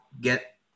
get